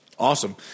Awesome